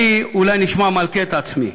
אני אולי נשמע מלקה את עצמי.